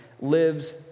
lives